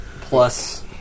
plus